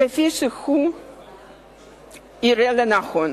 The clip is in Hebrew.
כפי שהוא יראה לנכון.